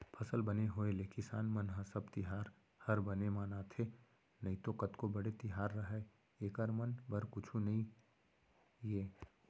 फसल बने होय ले किसान मन ह सब तिहार हर बने मनाथे नइतो कतको बड़े तिहार रहय एकर मन बर कुछु नइये